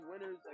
winners